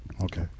Okay